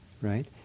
right